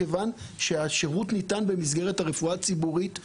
כיוון שהשירות ניתן במסגרת הרפואה הציבורית בלבד,